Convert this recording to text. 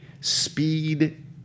speed